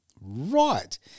Right